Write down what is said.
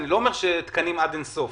אני לא אומר תקנים עד אין סוף,